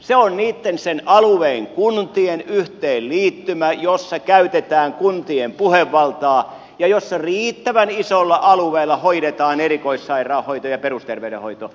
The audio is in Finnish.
se on niitten sen alueen kuntien yhteenliittymä jossa käytetään kuntien puhevaltaa ja jossa riittävän isolla alueella hoidetaan erikoissairaanhoito ja perusterveydenhoito